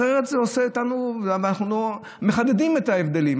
אחרת, מחדדים את ההבדלים.